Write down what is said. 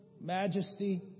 majesty